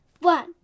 one